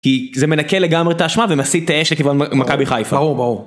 כי זה מנקה לגמרי את האשמה ומסיט את האש לכיוון מכבי חיפה.